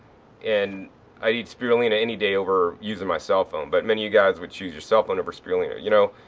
and i'd eat spirulina any day over using my cell phone. but many of you guys would choose your cell phone over spirulina, you know.